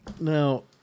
Now